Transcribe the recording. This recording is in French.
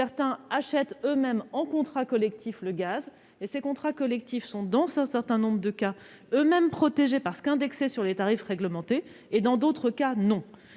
encore achètent eux-mêmes en contrat collectif le gaz, et ces contrats collectifs sont dans un certain nombre de cas eux-mêmes protégés, parce qu'indexés sur les tarifs réglementés, et dans d'autres cas, non.